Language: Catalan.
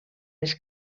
les